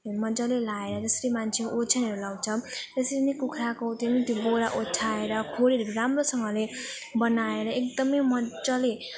मजाले लगाएर जसरी मान्छे ओछ्यानहरू लगाउँछौँ त्यसरी नै कुखुराको त्यो पनि बोरा ओछ्याएर खोरहरू राम्रोसँगले बनाएर एकदम मजाले